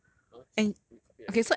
!huh! she recopied everything